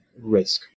risk